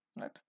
right